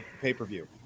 pay-per-view